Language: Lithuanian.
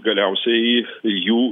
galiausiai jų